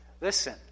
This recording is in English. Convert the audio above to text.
listen